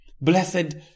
Blessed